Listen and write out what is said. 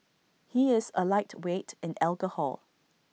he is A lightweight in alcohol